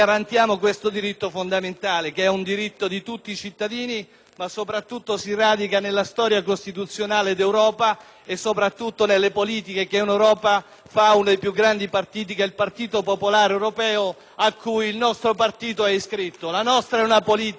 d'Europa e nelle politiche che in Europa fa uno dei più grandi partiti, che è il Partito Popolare Europeo, al quale il nostro partito è iscritto. La nostra è una politica europea, è una politica di libertà, è una politica di civiltà. *(Applausi